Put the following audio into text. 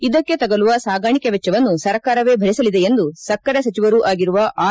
ಇದಕ್ಕೆ ತಗುಲುವ ಸಾಗಾಣಿಕೆ ವೆಚ್ಚವನ್ನು ಸರ್ಕಾರವೇ ಭರಿಸಲಿದೆ ಎಂದು ಸಕ್ಕರೆ ಸಚಿವರು ಆಗಿರುವ ಆರ್